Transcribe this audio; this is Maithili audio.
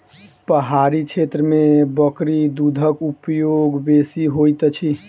पहाड़ी क्षेत्र में बकरी दूधक उपयोग बेसी होइत अछि